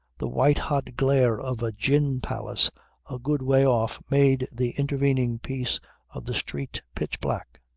the white-hot glare of a gin palace a good way off made the intervening piece of the street pitch black.